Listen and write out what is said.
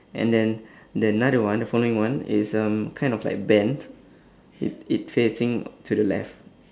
and then the another one the following one is um kind of like bent i~ it facing to the left